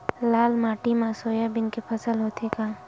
लाल माटी मा सोयाबीन के फसल होथे का?